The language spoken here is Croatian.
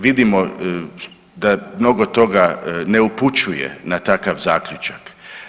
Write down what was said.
Vidimo da mnogo toga ne upućuje na takav zaključak.